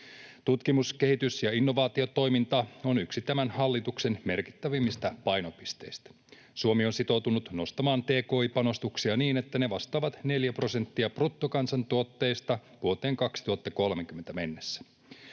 Tutkimus-, kehitys- ja innovaatiotoiminta on yksi tämän hallituksen merkittävimmistä painopisteistä. Suomi on sitoutunut nostamaan tki-panostuksia niin, että ne vastaavat neljää prosenttia bruttokansantuotteesta vuoteen 2030 mennessä.